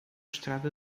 estrada